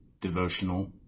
devotional